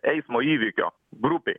eismo įvykio grupei